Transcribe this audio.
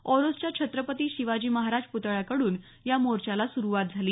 ओरोसच्या छत्रपती शिवाजी महाराज प्तळ्याकडून या मोर्चाला सुरुवात झाली